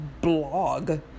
blog